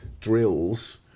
drills